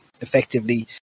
effectively